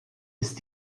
ist